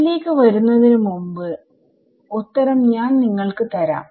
അതിലേക്ക് വരുന്നതിന് മുമ്പ്ഉത്തരം ഞാൻ നിങ്ങൾക്ക് തരാം